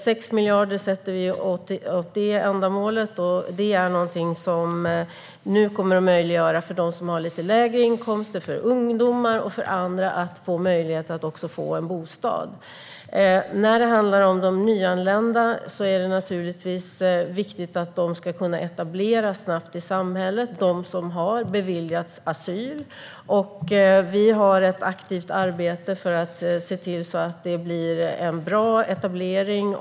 Till detta ändamål avsätter vi 6 miljarder, vilket kommer att göra det möjligt för dem med lite lägre inkomster, ungdomar och andra att få en bostad. När det gäller de nyanlända är det naturligtvis viktigt att de som har beviljats asyl snabbt ska kunna etableras i samhället. Vi har ett aktivt arbete för att se till att det blir en bra etablering.